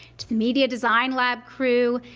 to the media design lab crew,